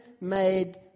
made